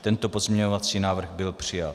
Tento pozměňovací návrh byl přijat.